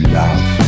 love